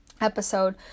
episode